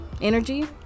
energy